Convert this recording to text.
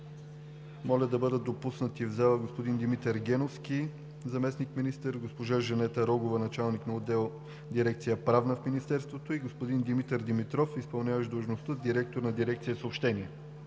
моля да бъдат допуснати в залата: господин Димитър Геновски – заместник-министър, госпожа Жанета Рогова – началник на отдел в дирекция „Правна“ в Министерството, и господин Димитър Димитров, изпълняващ длъжността „директор“ на дирекция „Съобщения“.